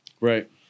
Right